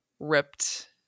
ripped